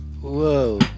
Whoa